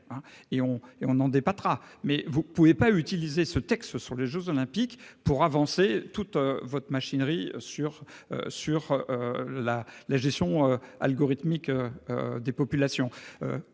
et nous en débattrons. Mais vous ne pouvez pas utiliser celui qui concerne les jeux Olympiques pour avancer toute votre machinerie sur la gestion algorithmique des populations.